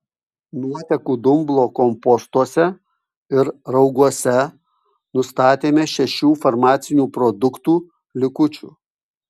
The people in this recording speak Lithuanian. nuotekų dumblo kompostuose ir rauguose nustatėme šešių farmacinių produktų likučių